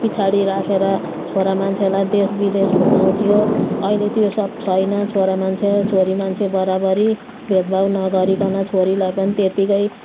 पछाडि राखेर छोरा मान्छेलाई देशविदेश घुमाउँथ्यो अहिले त्यो सब छैन छोरा मान्छे छोरी मान्छे बराबरी भेदभाव नगरीकन छोरीलाई पनि त्यत्तिकै